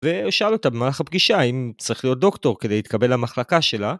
ושאל אותה במהלך הפגישה, אם צריך להיות דוקטור כדי להתקבל למחלקה שלה.